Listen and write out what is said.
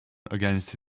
against